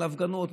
על הפגנות.